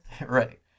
Right